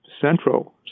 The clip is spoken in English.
central